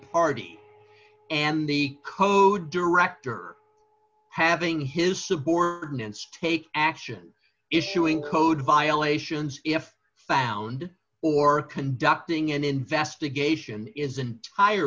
party and the code director having his subordinates take action issuing code violations if found or conducting an investigation is